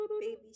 Baby